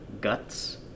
guts